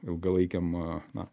ilgalaikiam na